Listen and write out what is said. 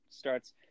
starts